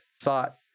thought